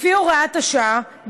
לפי הוראת השעה,